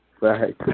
Right